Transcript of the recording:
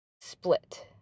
split